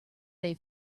they